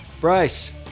Bryce